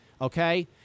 okay